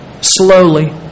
slowly